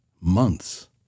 months